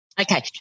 okay